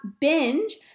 binge